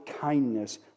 kindness